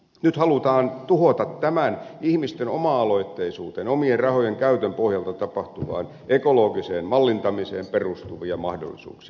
nyt halutaan tuhota näitä ihmisten oma aloitteisuuteen omien rahojen käytön pohjalta tapahtuvaan ekologiseen mallintamiseen perustuvia mahdollisuuksia